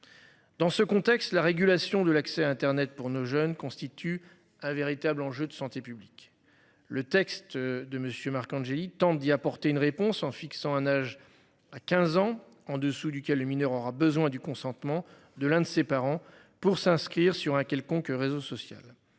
Dans ce contexte, la régulation de l'accès Internet pour nos jeunes constituent un véritable enjeu de santé publique. Le texte de monsieur Marcangeli tente d'y apporter une réponse en fixant un âge à 15 ans, en dessous duquel les mineurs aura besoin du consentement de l'un de ses parents pour s'inscrire sur un quelconque réseau social